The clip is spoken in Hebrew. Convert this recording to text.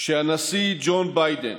שהנשיא ג'ו ביידן,